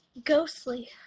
Ghostly